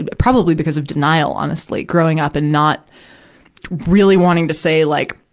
ah probably because of denial, honestly, growing up and not really wanting to say, like,